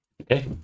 Okay